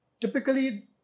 typically